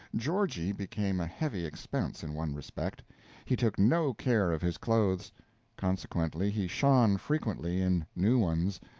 georgie became a heavy expense in one respect he took no care of his clothes consequently, he shone frequently in new ones,